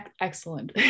excellent